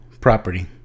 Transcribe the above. property